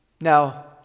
Now